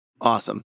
Awesome